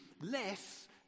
less